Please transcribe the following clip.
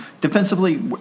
defensively